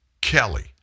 Kelly